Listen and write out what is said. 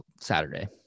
Saturday